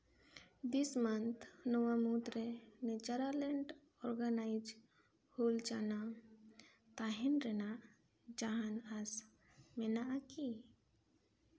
ᱫᱤᱥ ᱢᱟᱱᱛᱷ ᱱᱚᱣᱟ ᱢᱩᱫᱽᱨᱮ ᱱᱮᱪᱟᱨᱮᱞ ᱚᱨᱜᱟᱱᱟᱭᱤᱡ ᱦᱩᱞᱪᱟᱱᱟ ᱛᱟᱦᱮᱱ ᱨᱮᱱᱟᱜ ᱡᱟᱦᱟᱱ ᱟᱸᱥ ᱢᱮᱱᱟᱜᱼᱟ ᱠᱤ